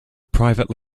private